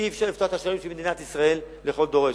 אי-אפשר לפתוח את השערים של מדינת ישראל לכל דורש,